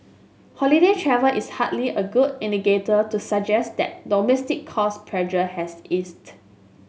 holiday travel is hardly a good indicator to suggest that domestic cost pressure has eased